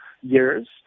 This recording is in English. years